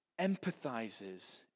empathizes